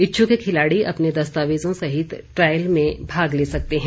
इच्छुक खिलाड़ी अपने दस्तावेजों सहित ट्रायल में भाग ले सकते हैं